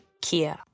Kia